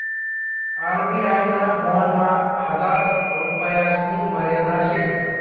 RBI ना बॉन्डमा हजार रुपयासनी मर्यादा शे